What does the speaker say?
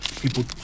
People